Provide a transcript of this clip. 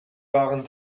waren